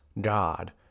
God